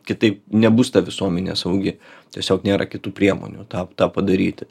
kitaip nebus ta visuomenė saugi tiesiog nėra kitų priemonių tą tą padaryti